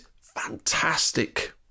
fantastic